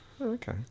okay